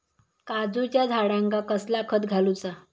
काजूच्या झाडांका कसला खत घालूचा?